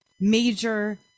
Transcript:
major